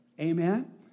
Amen